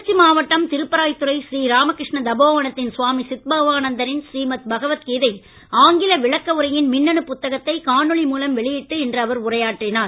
திருச்சி மாவட்டம் திருப்பராய்த் துறை ஸ்ரீ ராமகிருஷ்ண தபோவனத்தின் சுவாமி சித்பவானந்தரின் ஸ்ரீமத் பகவத் கீதை ஆங்கில விளக்க உரையின் மின்னணு புத்தகத்தை காணொளி மூலம் வெளியிட்டு இன்று அவர் உரையாற்றினார்